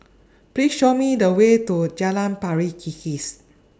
Please Show Me The Way to Jalan Pari Kikis